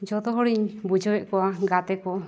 ᱡᱷᱚᱛᱚ ᱦᱚᱲᱮᱧ ᱵᱩᱡᱷᱟᱹᱣᱮᱫ ᱠᱚᱣᱟ ᱜᱟᱛᱮ ᱠᱚ